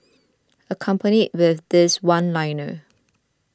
accompanied with this one liner